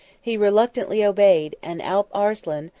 he reluctantly obeyed and alp arslan,